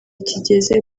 kigeze